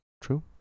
True